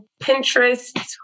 Pinterest